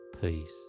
peace